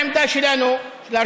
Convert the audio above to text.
העמדה שלנו בוועדה,